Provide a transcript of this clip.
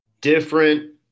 different